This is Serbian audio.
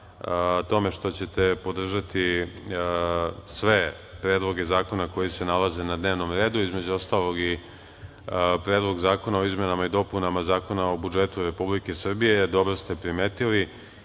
tome što ćete podržati sve predloge zakona koji se nalaze na dnevnom redu, između ostalog i Predlog Zakona o izmenama i dopunama Zakona o budžetu Republike Srbije. Dobro ste primetili,